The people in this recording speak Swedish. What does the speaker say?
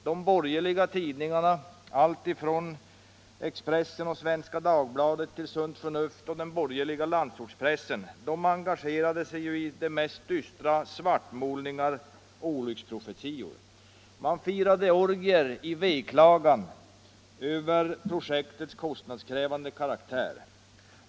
De borgerliga tidningarna, alltifrån Expressen och Svenska Dagbladet till Sunt Förnuft och den borgerliga landsortspressen, engagerade sig i de mest dystra svartmålningar och olycksprofetior. Man firade orgier i veklagan över projektets kostnadskrävande karaktär.